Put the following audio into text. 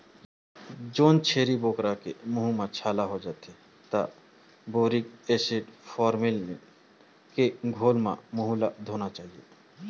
जउन छेरी बोकरा के मूंह म छाला हो जाथे त बोरिक एसिड, फार्मलीन के घोल म मूंह ल धोना चाही